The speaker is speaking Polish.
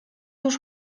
już